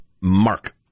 Mark